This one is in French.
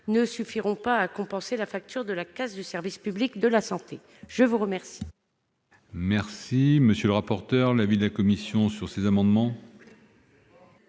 ne suffiront pas à compenser la facture de la casse du service public de la santé. Quel